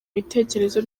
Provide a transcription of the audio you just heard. ibitekerezo